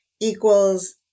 equals